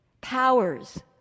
Powers